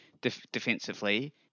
defensively